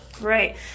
Right